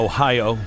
Ohio